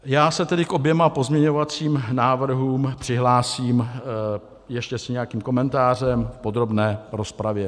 Já se tedy k oběma pozměňovacím návrhům přihlásím ještě s nějakým komentářem v podrobné rozpravě.